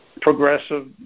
progressive